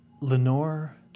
Lenore